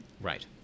Right